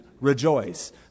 rejoice